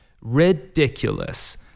Ridiculous